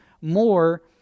more